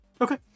Okay